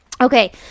Okay